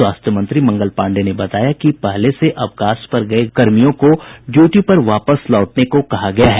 स्वास्थ्य मंत्री मंगल पांडेय ने बताया कि पहले से अवकाश पर गए कर्मियों को ड्यूटी पर वापस लौटने को कहा गया है